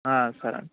సరే అండి